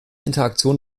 interaktion